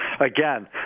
again